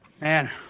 Man